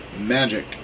magic